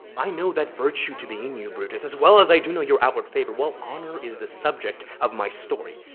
i know that virtue to being you, brutus, as well as i do know your outward favor while honor is the subject of my story.